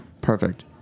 perfect